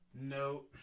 No